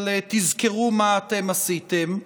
אבל תזכרו מה אתם עשיתם,